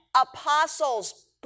apostles